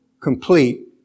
complete